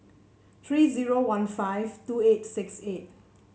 three zero one five two eight six eight